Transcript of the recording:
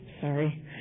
sorry